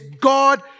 God